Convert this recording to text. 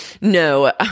no